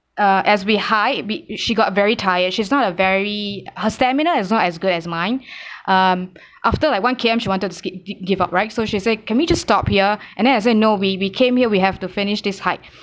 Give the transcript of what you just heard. uh as we hiked we she got very tired she's not a very her stamina is not as good as mine um after like one K_M you wanted to skip gi~ give up right so she said can we just stop here and then I said no we came here we have to finish this hike